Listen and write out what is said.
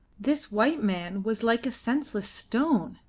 this white man was like a senseless stone.